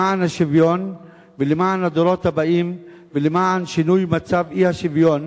למען השוויון ולמען הדורות הבאים ולמען שינוי מצב אי-השוויון